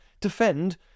defend